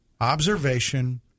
observation